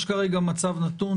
יש כרגע מצב נתון,